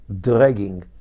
dragging